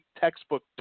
textbook